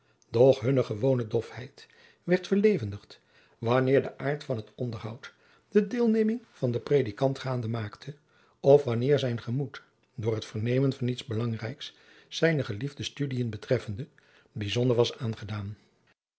doch hunne gewone dofheid werd verlevendigd wanneer de aart van het onderhoud de deelneming van den predikant gaande maakte of wanneer zijn gemoed door het vernemen van iets belangrijks zijne geliefde studiën betreffende bijzonder was aangedaan